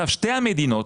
שתי המדינות,